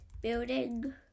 Building